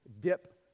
dip